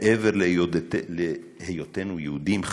מעבר להיותנו יהודים,